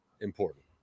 important